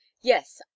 yes